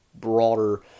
broader